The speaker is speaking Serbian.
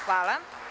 Hvala.